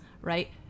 right